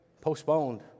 postponed